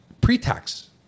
pre-tax